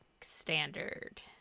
standard